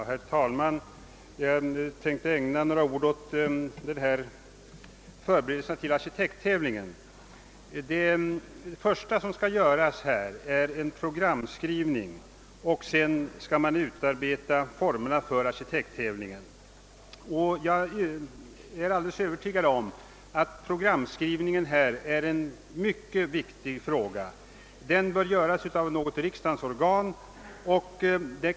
Herr talman! Jag vill ägna några ord åt förberedelserna till arkitekttävlingen. Det första som skall göras är en programskrivning, och därefter skall man utarbeta formerna för tävlingen. Jag är alldeles övertygad om att programskrivningen är en mycket viktig fråga, som "bör handhas av något riksdagens organ.